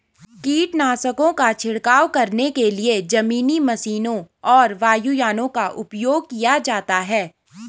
कीटनाशकों का छिड़काव करने के लिए जमीनी मशीनों और वायुयानों का उपयोग किया जाता है